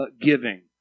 giving